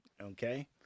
okay